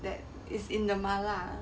that is in the 麻辣